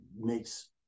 makes